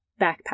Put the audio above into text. backpack